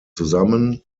zusammen